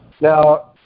Now